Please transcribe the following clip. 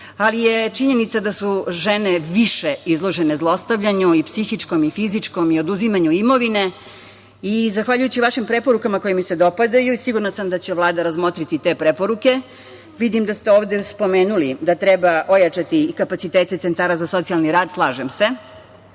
ali je činjenica da su žene više izložene zlostavljanju i psihičkom i fizičkom i oduzimanju imovine. Zahvaljujući vašim preporukama koje mi se dopadaju, sigurna sam da će ih Vlada razmotriti, vidim da ste ovde spomenuli da treba ojačati kapacitete centara za socijalni rad, slažem se.